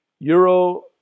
Euro